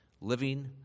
living